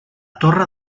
torre